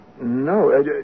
No